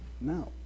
No